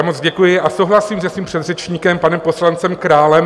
Moc děkuji a souhlasím se svým předřečníkem panem poslancem Králem.